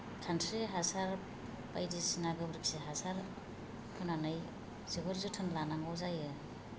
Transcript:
खानस्रि हासार बायदिसिना गोबोरखि हासार होनानै जोबोर जोथोन लानांगौ जायो